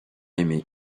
aimer